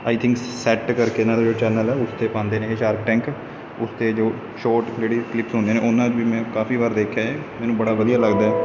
ਆਈ think set ਕਰਕੇ ਇਹਨਾਂ ਦਾ ਜਿਹੜਾ ਚੈਨਲ ਹੈ ਉਸ 'ਤੇ ਪਾਉਂਦੇ ਨੇ ਇਹ ਸ਼ਾਰਕ ਟੈਂਕ ਉਸ 'ਤੇ ਜੋ ਸ਼ਾਰਟ ਜਿਹੜੇ ਕਲਿਪਸ ਹੁੰਦੇ ਨੇ ਉਹਨਾਂ ਵੀ ਮੈਂ ਕਾਫ਼ੀ ਵਾਰ ਦੇਖਿਆ ਹੈ ਮੈਨੂੰ ਬੜਾ ਵਧੀਆ ਲੱਗਦਾ